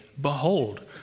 behold